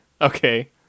okay